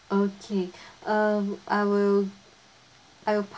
okay um I will I will